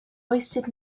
wasted